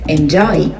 Enjoy